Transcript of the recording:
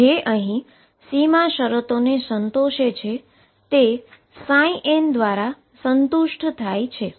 જે અહીં બાઉન્ડ્રી કન્ડીશનને સંતોષ છે તે n દ્વારા સંતુષ્ટ થાય છે